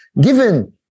given